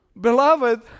Beloved